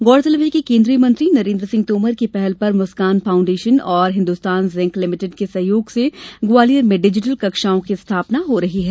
गौरतलब है कि केंद्रीय मंत्री नरेन्द्र सिंह तोमर की पहल पर मुस्कान फाउण्डेशन और हिन्दुस्तान जिंक लिमिटेड के सहयोग से ग्वालियर में डिजिटल कक्षाओं की स्थापना हो रही है